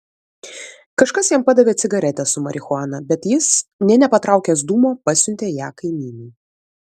kažkas jam padavė cigaretę su marihuana bet jis nė nepatraukęs dūmo pasiuntė ją kaimynui